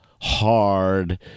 hard